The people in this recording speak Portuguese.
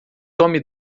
tome